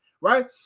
Right